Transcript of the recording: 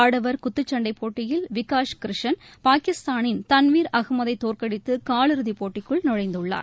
ஆடவா் குத்துச்சண்டை போட்டியில் விகாஷ் கிருஷன் பாகிஸ்தானின் தன்வீா அகமதை தோற்கடித்து கால் இறுதிப்போட்டிக்குள் நுழைந்துள்ளது